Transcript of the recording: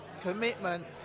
commitment